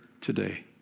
today